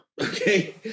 okay